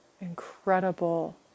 incredible